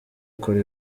kora